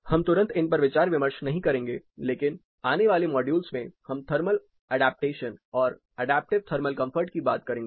हम तुरंत इन पर विचार विमर्श नहीं करेंगे लेकिन आने वाले मॉड्यूस में हम थर्मल अडॉप्टेशन और एडाप्टिव थर्मल कंफर्ट की बात करेंगे